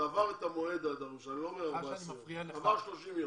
עבר את המועד הדרוש ואז אתם בודקים מה קורה.